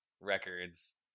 records